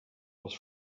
was